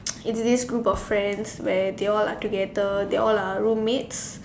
is this group of friends where they all are together they all are roommates